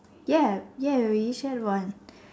ya ya we use that one